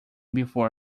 before